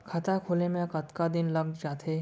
खाता खुले में कतका दिन लग जथे?